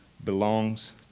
belongs